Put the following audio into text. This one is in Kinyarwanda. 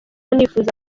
nifuza